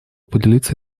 поделиться